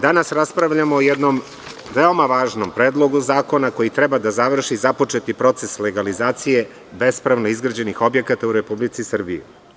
Danas raspravljamo o jednom veoma važnom predlogu zakona koji treba da završi započeti proces legalizacije bespravno izgrađenih objekata u Republici Srbiji.